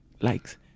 likes